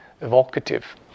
evocative